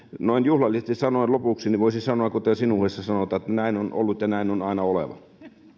noin juhlallisesti sanoen lopuksi voisi sanoa kuten sinuhessa sanotaan näin on ollut ja näin on aina oleva